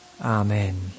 Amen